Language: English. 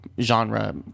genre